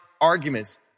arguments